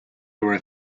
were